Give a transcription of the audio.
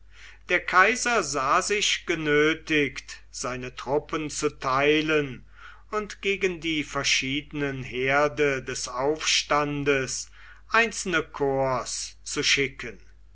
der kaiser sah sich genötigt seine truppen zu teilen und gegen die verschiedenen herde des aufstandes einzelne korps zu schicken